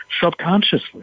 subconsciously